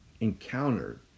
encountered